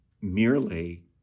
merely